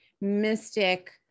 mystic